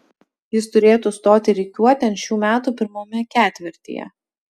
jis turėtų stoti rikiuotėn šių metų pirmame ketvirtyje